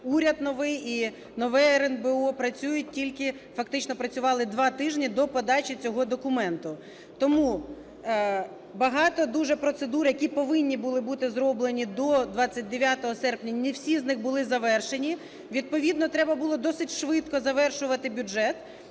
уряд новий і нове РНБО працюють, тільки фактично працювали два тижні до подачі цього документу. Тому багато дуже процедур, які повинні були бути зроблені до 29 серпня, не всі з них були завершені, відповідно треба було досить швидко завершувати бюджет.